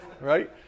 Right